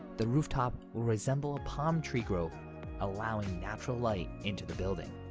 the rooftop will resemble a palm tree grove allowing natural light into the building.